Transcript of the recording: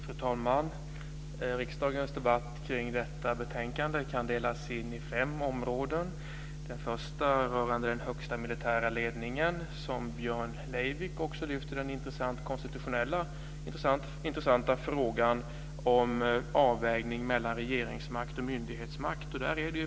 Fru talman! Riksdagens debatt kring detta betänkande kan delas in i fem områden. Det första rör den högsta militära ledningen. Björn Leivik lyfte fram den konstitutionellt intressanta frågan om avvägningen mellan regeringsmakt och myndighetsmakt.